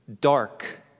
dark